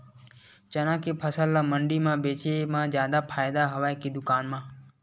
चना के फसल ल मंडी म बेचे म जादा फ़ायदा हवय के दुकान म?